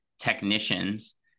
technicians